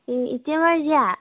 ꯑꯦ ꯏꯆꯦ ꯃꯥꯔꯖꯤꯌꯥ